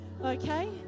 Okay